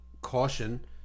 caution